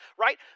right